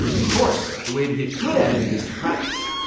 of course the way to get good at it is to practice.